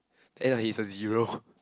end up he's a zero